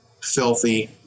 Filthy